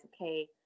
okay